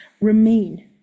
remain